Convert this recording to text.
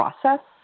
process